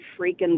freaking